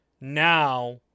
now